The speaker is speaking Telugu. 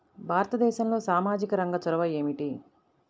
భారతదేశంలో సామాజిక రంగ చొరవ ఏమిటి?